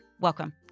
Welcome